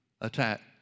attack